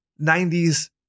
90s